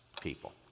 people